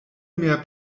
mehr